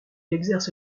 exerce